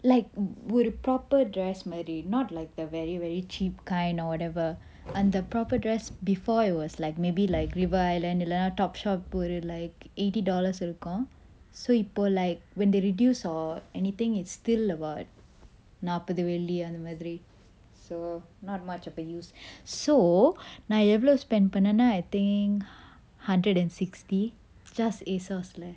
like ஒரு:oru proper dress மாறி:mari not like the very very cheap kind or whatever அந்த:antha proper dress before it was like maybe like river island இல்லனா:illana topshop boori like eighty dollars இருக்கும்:irukkum so இப்ப:ippa like when they reduce or anything it's still about நாப்பது வெள்ளி அந்த மாறி:nappathu velli antha mari so not much of a difference so நா எவ்வளவு:na evvalavu spend பண்ணனா:pannana I think hundred and sixty just asos leh